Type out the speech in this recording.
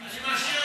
תבוא.